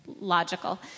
logical